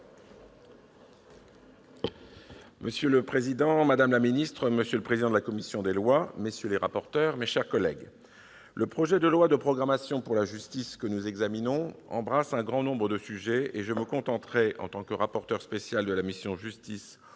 Monsieur le président, madame la ministre, monsieur le président de la commission des lois, messieurs les rapporteurs, mes chers collègues, le projet de loi de programmation pour la justice que nous examinons embrasse un grand nombre de sujets. Je me contenterai, en tant que rapporteur spécial des crédits de